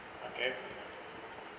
okay